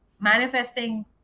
Manifesting